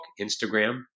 Instagram